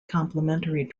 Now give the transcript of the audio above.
complimentary